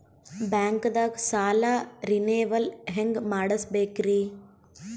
ಬ್ಯಾಂಕ್ದಾಗ ಸಾಲ ರೇನೆವಲ್ ಹೆಂಗ್ ಮಾಡ್ಸಬೇಕರಿ?